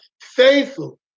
faithful